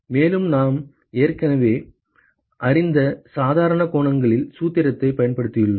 மேலும் நாம் ஏற்கனவே அறிந்த சாதாரண கோணங்களில் சூத்திரத்தைப் பயன்படுத்தியுள்ளோம்